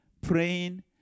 praying